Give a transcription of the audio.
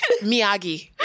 miyagi